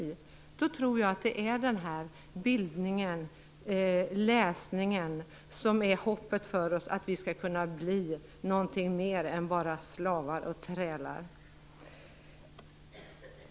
Jag tror alltså att bildningen och läsningen är hoppet. Vi skall ju kunna bli någonting annat än bara slavar och trälar.